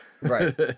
Right